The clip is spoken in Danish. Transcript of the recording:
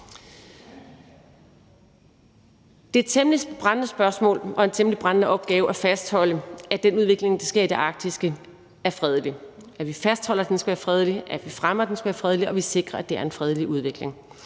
og en temmelig brændende opgave at fastholde, at den udvikling, der sker i det arktiske område, er fredelig; at vi fastholder, at den skal være fredelig; at vi fremmer, at den skal være fredelig; at vi sikrer, at det er en fredelig udvikling.